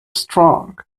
strong